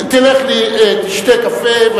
לך תשתה קפה.